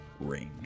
range